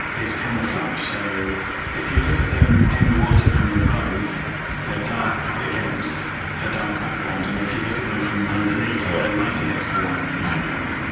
is camouflage. so if you look at them in the water from above they're dark against a dark background, and if you look at them from underneath they're light against a light background.